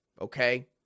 Okay